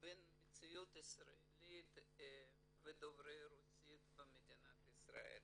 בין המציאות הישראלית לדוברי הרוסית במדינת ישראל.